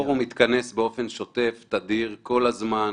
הפורום מתכנס באופן שוטף, תדיר, כל הזמן.